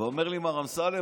ואומר לי: מר אמסלם,